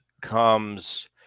comes